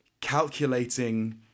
calculating